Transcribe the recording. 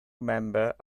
member